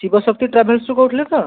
ଶିବ ଶକ୍ତି ଟ୍ରାଭେଲ୍ସରୁ କହୁଥିଲେ ତ